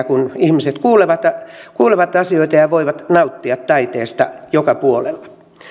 kun ihmiset kuulevat asioita ja voivat nauttia taiteesta joka puolella